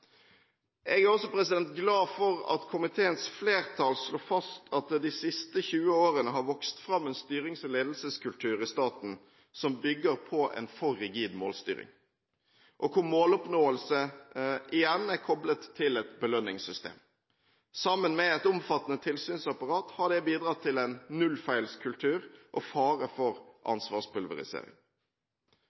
Jeg er også glad for at komiteens flertall slår fast at det de siste tjue årene har vokst fram en styrings- og ledelseskultur i staten som bygger på en for rigid målstyring, hvor måloppnåelse igjen er koblet til et belønningssystem. Sammen med et omfattende tilsynsapparat har det bidratt til en nullfeilskultur og fare for ansvarspulverisering.